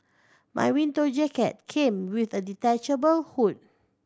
my winter jacket came with a detachable hood